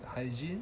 hygiene